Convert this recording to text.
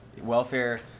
Welfare